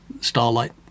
Starlight